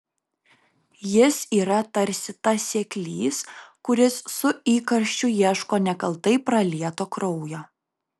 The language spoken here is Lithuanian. jis yra tarsi tas seklys kuris su įkarščiu ieško nekaltai pralieto kraujo